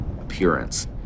appearance